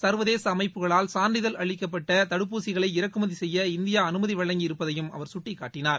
ச்வதேச அமைப்புகளால் சான்றிதழ் அளிக்கப்பட்ட தடுப்பூசிகளை இறக்குமதி செய்ய இந்தியா அனுமதி வழங்கி இருப்பதையும் அவர் சுட்டிக்காட்டினார்